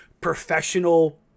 professional